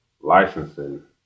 licensing